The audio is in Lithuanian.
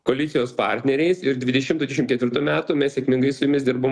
koalicijos partneriais ir dvidešimtų ketvirtų metų mes sėkmingai su jumis dirbom